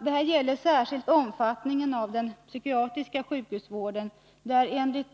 Detta gäller särskilt omfattningen av den psykiatriska sjukhusvården, där enligt